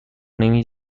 نمی